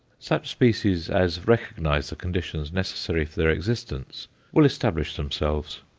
such species as recognize the conditions necessary for their existence will establish themselves.